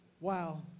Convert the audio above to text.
Wow